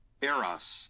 Eros